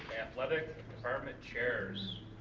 athletic department chairs.